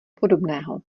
podobného